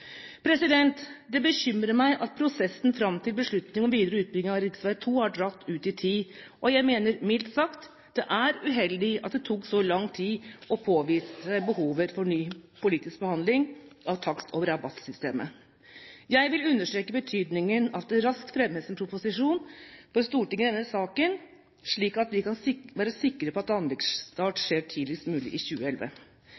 Det bekymrer meg at prosessen fram til beslutning om videre utbygging av rv. 2 har dratt ut i tid, og jeg mener mildt sagt at det er uheldig at det tok så lang tid å påvise behovet for ny politisk behandling av takst- og rabattsystemet. Jeg vil understreke betydningen av at det raskt fremmes en proposisjon for Stortinget i denne saken, slik at vi kan være sikre på at anleggsstart